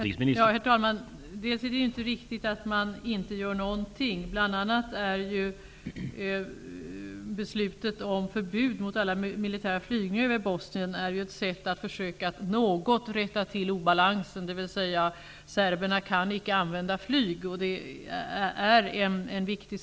Herr talman! Det är inte riktigt att det inte görs någonting. Beslutet om förbud mot militär flygning över Bosnien är ett sätt att något försöka rätta till obalansen. Serberna kan därmed inte använda flyg, vilket är viktigt.